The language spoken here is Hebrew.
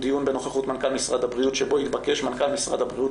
דיון בנוכחות מנכ"ל משרד הבריאות שבו יתבקש מנכ"ל משרד הבריאות